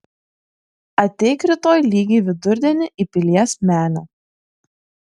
ateik rytoj lygiai vidurdienį į pilies menę